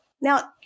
Now